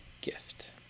gift